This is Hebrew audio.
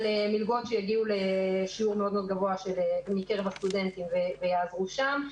על מלגות שיגיעו לשיעור גבוה מאוד מקרב הסטודנטים ויעזרו שם,